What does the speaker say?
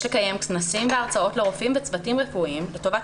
יש לקיים כנסים והרצאות לרופאים ולצוותים הרפואיים לטובת